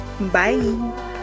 bye